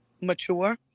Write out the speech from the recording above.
mature